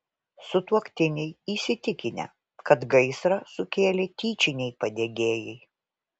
sutuoktiniai įsitikinę kad gaisrą sukėlė tyčiniai padegėjai